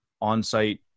on-site